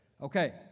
Okay